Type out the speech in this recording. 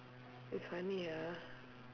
it's funny ah